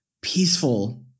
peaceful